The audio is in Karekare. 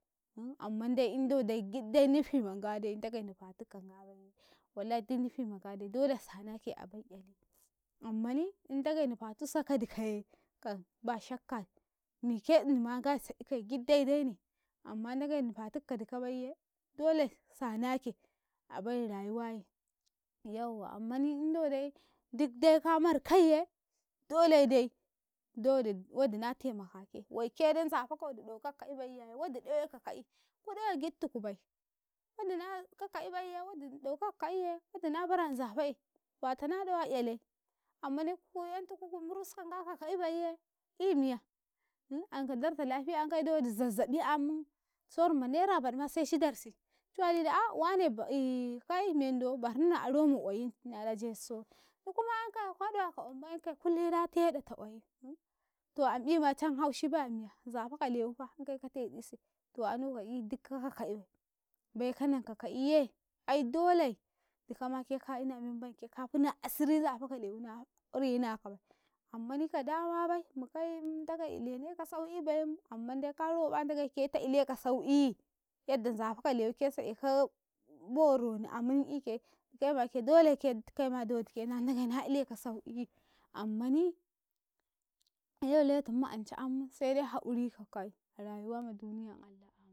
ammam dai indodai gid dai nufi manngadai Ndagei nufatukan ngabaiye walladu nufi man ngadai dole sa naike a abi "yalii ammani in ndagei nufatu sakadikaye kan ba shakka mike innima nai sa kai gid dai-dai ne amman Ndagei nufatak ka dika baiyye dole sanake a bai rayuwa, yawwa ammani indodai duk dai ka markaye dolei dai do wodi duk na temakake, waikedai nzafaka wadi ɗ owe gid tukubai, wadi ɗ owe ka ka'i bayye ilimiya anka darta lafiya yankaye dowade zazzaƃ i ammin so'in ma nera ba ɗ uma se ci darsi, ci wali da a wane kai mendon barhinna aro ma qwayimbai ankaye kullum da teɗ ata qwayim to amƃ ima can haushi baya miya nzafaka lewifa in kai ka teɗ ise to ano ka'i duk kaka ka'ibai beka nanka ka'iye ai dolei dikama ke ka ina membai ken ka funa asirin nzafaka lewi na renakabai, ammmani ka damabai mikaim ndagei ke ta ileka sau'iyii yaddam nzafaka lewike sa okakaye boroni a mun'i ke dikaim ake dole ke dikalma dowodi ken na ndagei na ileka sau'iyii, ammani lewe tummanca am sede ha'uri ko kai rayuwa ma duniyan Allah am.